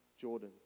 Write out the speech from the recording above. Jordan